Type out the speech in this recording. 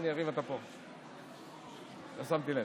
הינה, יריב, אתה פה, לא שמתי לב.